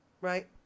Right